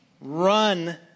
run